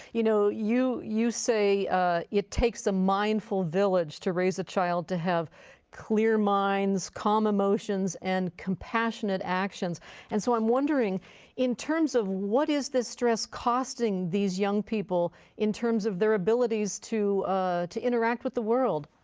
you know you you say it takes a mindful village to raise a child to have clear minds, calm emotions and compassionate actions and so i'm wondering in terms of what is this stress costing these young people in terms of their abilities to to interact with the world?